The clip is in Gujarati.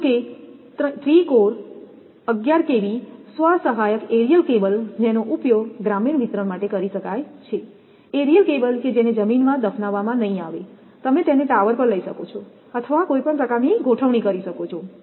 જો કે 3 કોર 11 kV સ્વ સહાયક એરિયલ કેબલ જેનો ઉપયોગ ગ્રામીણ વિતરણ માટે કરી શકાય છે એરિયલ કેબલ કે જેને જમીનમાં દફનાવવામાં નહીં આવે તમે તેને ટાવર પર લઈ શકો છો અથવા કોઈ પ્રકારની ગોઠવણી કરી શકો છો